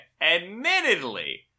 admittedly